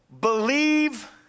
Believe